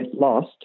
lost